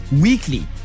weekly